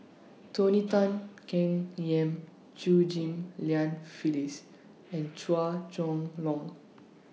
Tony Tan Keng Yam Chew Ghim Lian Phyllis and Chua Chong Long